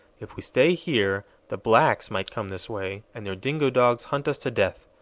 if we stay here, the blacks might come this way and their dingo dogs hunt us to death.